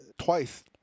twice